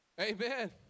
Amen